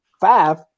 five